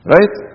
Right